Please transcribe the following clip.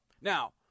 Now